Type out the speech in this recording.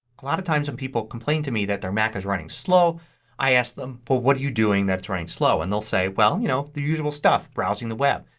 a lot of times when people complain to me that their mac is running slow i ask them well, what are you doing that's running slow. and they'll say, well, you know, the usual stuff, browsing the web.